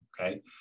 okay